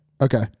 Okay